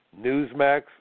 Newsmax